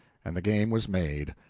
and the game was made!